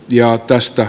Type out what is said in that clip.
ja tästä